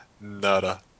Nada